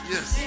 Yes